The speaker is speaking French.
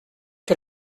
que